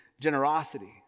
generosity